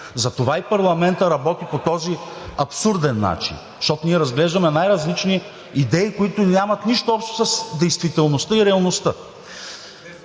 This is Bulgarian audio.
Затова и парламентът работи по този абсурден начин, защото ние разглеждаме най-различни идеи, които нямат нищо общо с действителността и реалността.